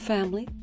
Family